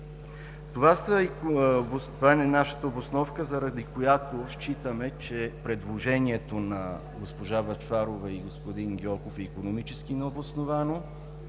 Това е нашата обосновка, заради която считаме, че предложението на госпожа Бъчварова и господин Гьоков е икономически необосновано,